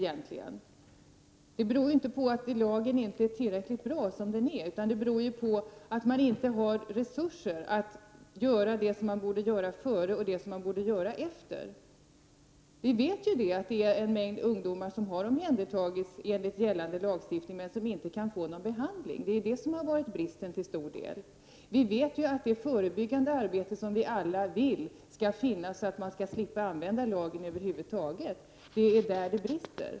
Den beror inte på att lagen inte är tillräckligt bra som den är, utan den beror på att man inte har resurser att göra det som man borde göra före och det som man borde göra efter. Vi vet att en mängd ungdomar har omhändertagits enligt gällande lagstiftning, men de kan inte få någon behandling. Det är det som till stor del har varit bristen. Vi vet att det förebyggande arbete som vi alla vill skall finnas, så att man skall slippa använda lagen över huvud taget, är det område där det brister.